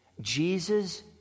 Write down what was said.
Jesus